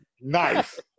Nice